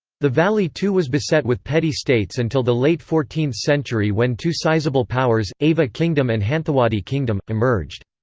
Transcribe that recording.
the valley too was beset with petty states until the late fourteenth century when two sizeable powers, ava kingdom and hanthawaddy kingdom, emerged.